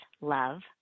love